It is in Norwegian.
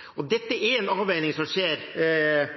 profesjonalisering. Dette er en avveining som skjer